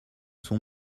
sont